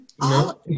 No